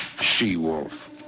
she-wolf